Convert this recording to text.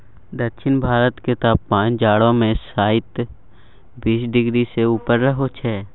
दक्षिण भारत केर तापमान जाढ़ो मे शाइत बीस डिग्री सँ ऊपर रहइ छै